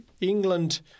England